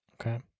Okay